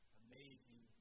amazing